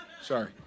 sorry